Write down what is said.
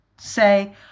say